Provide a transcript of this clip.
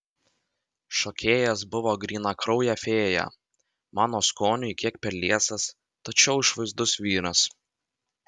šokėjas buvo grynakraujė fėja mano skoniui kiek per liesas tačiau išvaizdus vyras